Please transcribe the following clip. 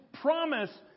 promise